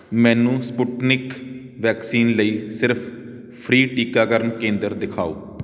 ਮੈਨੂੰ Sputnik vaccine ਲਈ ਸਿਰਫ਼ ਫ੍ਰੀ ਟੀਕਾਕਰਨ ਕੇਂਦਰ ਦਿਖਾਓ